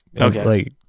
Okay